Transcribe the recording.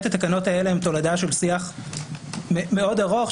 התקנות האלה הן תולדה של שיח מאוד ארוך,